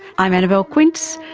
i'm annabelle quince,